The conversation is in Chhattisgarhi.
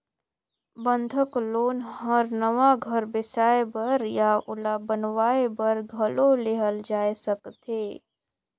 बंधक लोन हर नवा घर बेसाए बर या ओला बनावाये बर घलो लेहल जाय सकथे